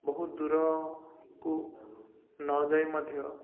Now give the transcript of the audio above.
ବହୁତ ଦୂରକୁ ନଯାଇ ମଧ୍ୟ